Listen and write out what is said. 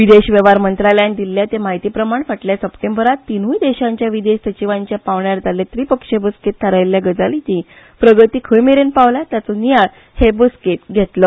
विदेश वेव्हार मंत्रालयान दिल्ले ते म्हायती प्रमाण फाटल्या सप्टेंबरांत तिनूय देशांच्या विदेश सचिवांचे पांवड्या जाल्ले त्रीपक्षीय बसकेंत थारिल्ल्या गजालींनी प्रगती खंय मेरेन पावल्या ताचो नियाळ हे बसकेंत घेतलो